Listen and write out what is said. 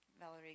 Valerie